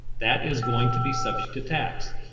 that is going to be subject to tax.